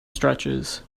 stretches